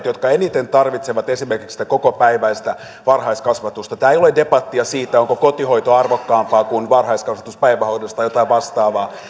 jotka eniten tarvitsevat esimerkiksi sitä kokopäiväistä varhaiskasvatusta tämä ei ole debattia siitä onko kotihoito arvokkaampaa kuin varhaiskasvatus päivähoidossa tai jotain vastaavaa